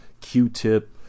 q-tip